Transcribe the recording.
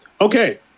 Okay